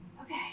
Okay